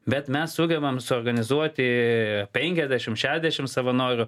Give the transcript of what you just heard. bet mes sugebam suorganizuoti penkiasdešimt šešiasdešimt savanorių